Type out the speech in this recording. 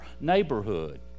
neighborhood